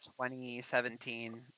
2017